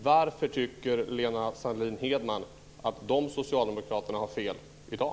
Varför tycker Lena Sandlin-Hedman att de socialdemokraterna har fel i dag?